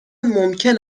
ممکن